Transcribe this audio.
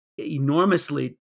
enormously